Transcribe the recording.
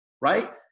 right